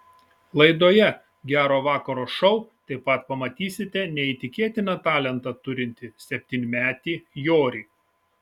laidoje gero vakaro šou taip pat pamatysite neįtikėtiną talentą turintį septynmetį jorį